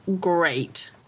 great